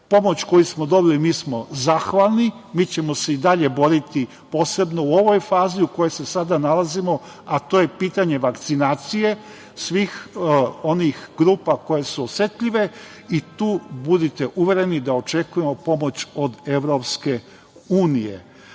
pomoć koju smo dobili mi smo zahvalni i dalje ćemo se boriti posebno u ovoj fazi u kojoj se sada nalazimo, a to je pitanje vakcinacije svih onih grupa koje su osetljive i tu budite uvereni da očekujemo pomoć od EU.Zaštita